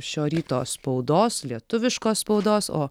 šio ryto spaudos lietuviškos spaudos o